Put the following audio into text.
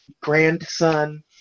grandson